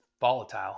volatile